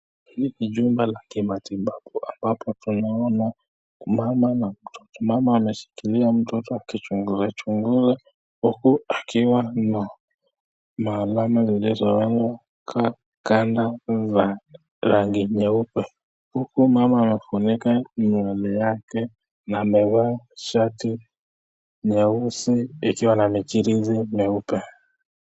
Hili ni jumba la kimatibabu ambapo tunaona mama na mtoto. Mama ameshikilia mtoto akimchunguza chunguza huku akiwa na alama zilizochorwa kanda zenye rangi nyeupe. Huku mama amefunika nywele yake na amevaa shati nyeusi ikiwa na michirizi meupe.